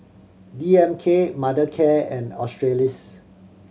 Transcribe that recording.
D M K Mothercare and Australis